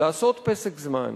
לעשות פסק זמן,